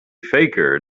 faker